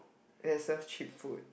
that serves cheap food